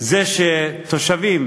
זה שתושבים